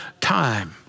time